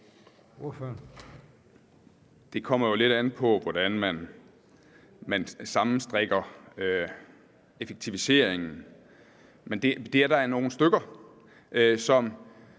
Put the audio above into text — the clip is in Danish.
Det kommer jo lidt an på, hvordan man sammenstrikker effektiviseringen. Men det er da nogle stykker. Det